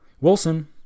Wilson